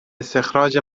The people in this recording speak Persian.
استخراج